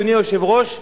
אדוני היושב-ראש,